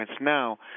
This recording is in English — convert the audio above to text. now